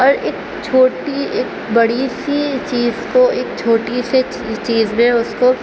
اور اک چھوٹی اک بڑی سی چیز کو اک چھوٹی سے چیز میں اس کو